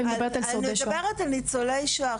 אני מדברת על ניצולי שואה.